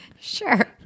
Sure